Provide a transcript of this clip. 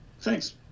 Thanks